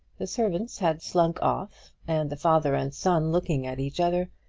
the servants had slunk off, and the father and son, looking at each other,